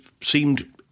seemed